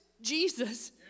Jesus